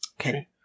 Okay